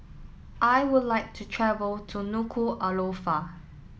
I would like to travel to Nuku'alofa